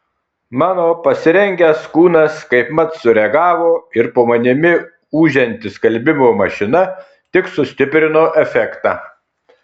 mano pasirengęs kūnas kaip mat sureagavo ir po manimi ūžianti skalbimo mašina tik sustiprino efektą